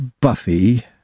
Buffy